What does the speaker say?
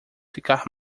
ficar